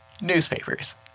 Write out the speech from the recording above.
newspapers